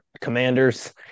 commanders